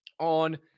on